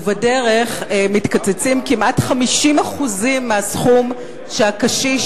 ובדרך מתקצצים כמעט 50% מהסכום שהקשיש